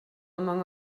among